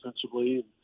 defensively